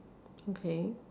okay